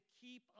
keep